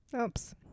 Oops